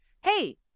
Hey